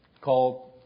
called